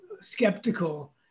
skeptical